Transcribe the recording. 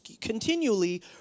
continually